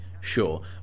sure